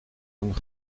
een